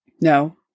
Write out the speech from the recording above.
No